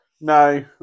No